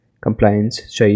compliance